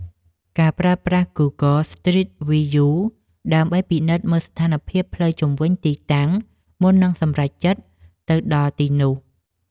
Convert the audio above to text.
ការប្រើប្រាស់ ហ្គូហ្គល ស្ទ្រីត វីយូ ដើម្បីពិនិត្យមើលស្ថានភាពផ្លូវជុំវិញទីតាំង មុននឹងសម្រេចចិត្តទៅដល់ទីនោះ។